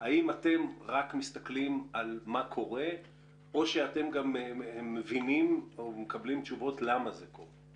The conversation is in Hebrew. האם אתם רק מסתכלים על מה קורה או שאתם גם מבינים למה זה קורה?